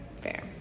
fair